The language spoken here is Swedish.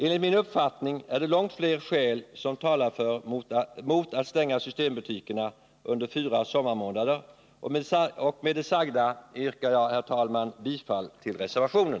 Enligt min uppfattning talar långt flera skäl mot än för att lördagsstänga systembutikerna under sommarmånaderna. Med det sagda yrkar jag, herr talman, bifall till reservationen.